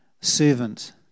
servant